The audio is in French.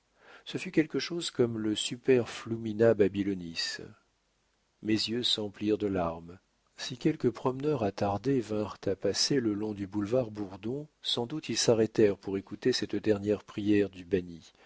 ce fut quelque chose comme le super flumina babylonis mes yeux s'emplirent de larmes si quelques promeneurs attardés vinrent à passer le long du boulevard bourdon sans doute ils s'arrêtèrent pour écouter cette dernière prière du banni